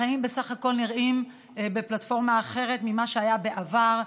החיים נראים בפלטפורמה אחרת ממה שהיה בעבר: